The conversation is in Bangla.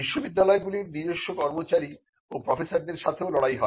বিশ্ববিদ্যালয়গুলির নিজস্ব কর্মচারী ও প্রফেসরদের সাথেও লড়াই হয়